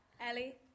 Ellie